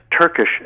turkish